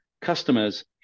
customers